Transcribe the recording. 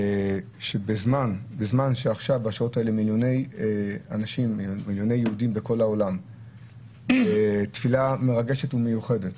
בזמן שעכשיו בשעות האלה מיליוני יהודים בכל העולם בתפילה מרגשת ומיוחדת